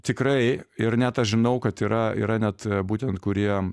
tikrai ir net aš žinau kad yra yra net būtent kurie